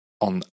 on